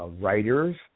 Writers